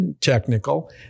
technical